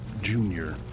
Junior